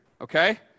okay